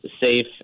safe